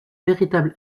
véritable